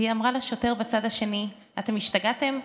והיא אמרה לשוטר בצד השני: אתם השתגעתם?